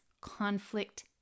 conflict